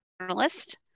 journalist